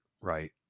Right